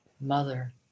mother